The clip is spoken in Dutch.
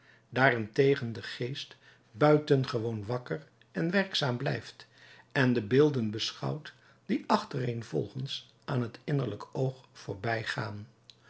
daarentegen de geest buitengewoon wakker en werkzaam blijft en de beelden beschouwt die achtereenvolgens aan het innerlijk oog